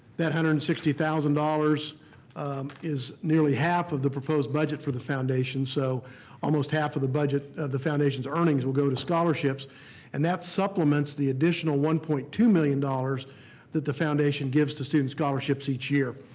that one hundred and sixty thousand dollars is nearly half of the proposed budget for the foundation so almost half of the budget of the foundation's earnings will go to scholarships and that supplements the additional one point two million dollars that the foundation gives to student scholarships each year.